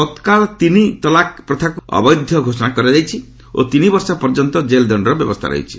ତତ୍କାଳୀନ ତିନି ତଲାକ୍ ପ୍ରଥାକୁ ବିଲ୍ରେ ଅବୈଧ ଘୋଷଣା କରାଯାଇଛି ଓ ତିନିବର୍ଷ ପର୍ଯ୍ୟନ୍ତ ଜେଲ୍ ଦଶ୍ଚର ବ୍ୟବସ୍ଥା ରହିଛି